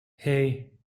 hey